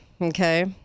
okay